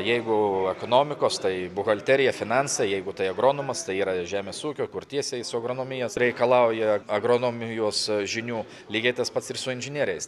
jeigu ekonomikos tai buhalterija finansai jeigu tai agronomas tai yra žemės ūkio kur tiesiai su agronomija reikalauja agronomijos žinių lygiai tas pats ir su inžinieriais